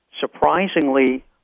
surprisingly